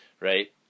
right